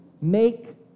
Make